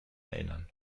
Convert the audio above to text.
erinnern